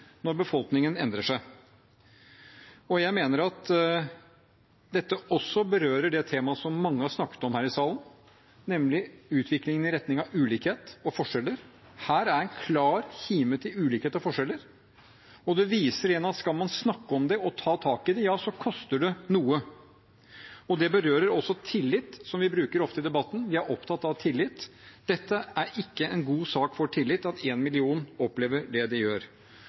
når befolkningen endrer seg. Jeg mener at dette også berører det temaet som mange har snakket om her i salen, nemlig utviklingen i retning av ulikhet og forskjeller. Her er en klar kime til ulikhet og forskjeller, og det viser igjen at skal man snakke om det og ta tak i det, koster det noe. Det berører også tillit, som vi bruker ofte i debatten, vi er opptatt av tillit. Det er ikke en god sak for tillit at én million opplever det de gjør.